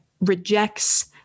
rejects